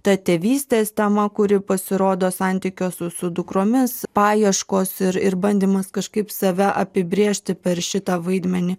ta tėvystės tema kuri pasirodo santykio su su dukromis paieškos ir ir bandymas kažkaip save apibrėžti per šitą vaidmenį